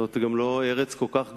זאת לא ארץ כל כך גדולה,